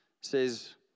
says